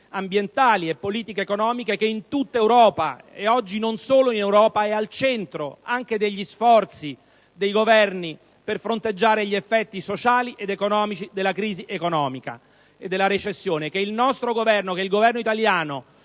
ambientali e politiche economiche che in tutta Europa (e oggi non solo in Europa) è al centro degli sforzi dei Governi per fronteggiare gli effetti sociali ed economici della crisi e della recessione. Che il Governo italiano